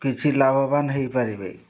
କିଛି ଲାଭବାନ ହେଇପାରିବେ